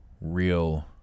real